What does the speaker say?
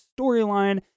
storyline